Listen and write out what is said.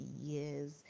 years